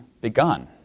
begun